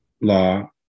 law